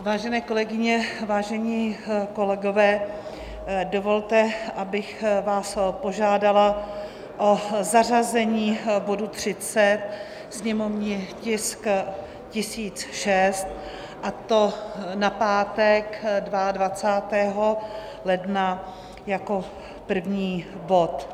Vážené kolegyně, vážení kolegové, dovolte, abych vás požádala o zařazení bodu 30, sněmovní tisk 1006, a to na pátek 22. ledna jako první bod.